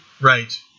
Right